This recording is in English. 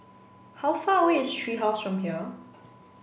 how far away is Tree House from here